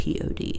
pod